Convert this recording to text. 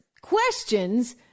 questions